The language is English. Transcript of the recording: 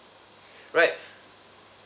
right